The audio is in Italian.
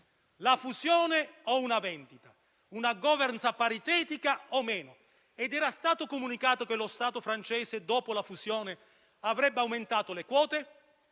una fusione o una vendita? Una *governance* paritetica o meno? Era stato comunicato che lo Stato francese, dopo la fusione, avrebbe aumentato le quote?